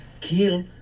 kill